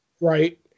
Right